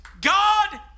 God